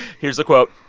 here's a quote.